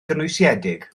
gynwysiedig